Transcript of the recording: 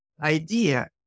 idea